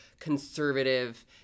conservative